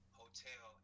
hotel